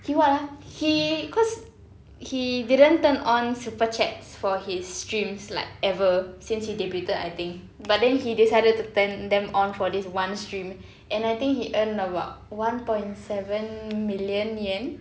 he what ah he cause he didn't turn on super chats for his streams like ever since he debuted I think but then he decided to turn them on for this one stream and I think he earned about one point seven million yen